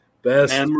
Best